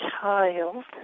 child